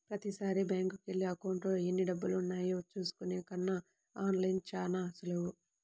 ప్రతీసారీ బ్యేంకుకెళ్ళి అకౌంట్లో ఎన్నిడబ్బులున్నాయో చూసుకునే కన్నా ఆన్ లైన్లో చానా సులువు